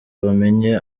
bamenye